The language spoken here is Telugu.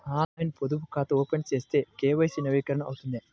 ఆన్లైన్లో పొదుపు ఖాతా ఓపెన్ చేస్తే కే.వై.సి నవీకరణ అవుతుందా?